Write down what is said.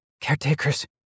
Caretakers